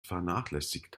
vernachlässigt